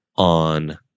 on